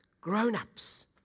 grown-ups